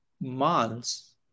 months